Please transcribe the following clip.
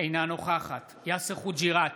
אינה נוכחת יאסר חוג'יראת,